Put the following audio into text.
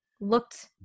looked